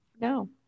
No